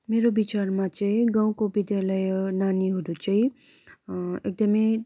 मेरो बिचारमा चाहिँ गाउँको विद्यालय नानीहरू चाहिँ एकदमै